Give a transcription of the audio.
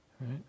right